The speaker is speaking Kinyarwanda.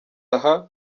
aha